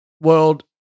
world